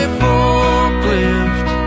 forklift